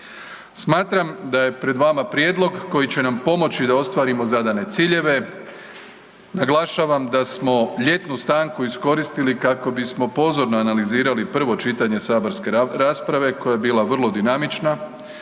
Smatram da je pred vama prijedlog koji će nam pomoći da ostvarimo zadane ciljeve. Naglašavam da smo ljetnu stanku iskoristili kako bismo pozorno analizirali prvo čitanje saborske rasprave koja je bila vrlo dinamična.